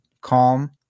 calm